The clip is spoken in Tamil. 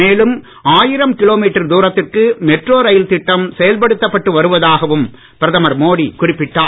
மேலும் ஆயிரம் கிலோ மீட்டர் தூரத்திற்கு மெட்ரோ ரயில் திட்டம் செயல்படுத்தப்பட்டு வருவதாகவும் பிரதமர் மோடி குறிப்பிட்டார்